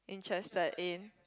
interested in